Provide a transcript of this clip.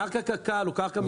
קרקע קק"ל או קרקע משרד הביטחון.